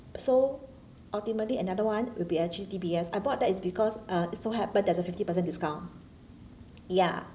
so ultimately another one will be actually D_B_S I bought that is because uh it so happen there's a fifty percent discount ya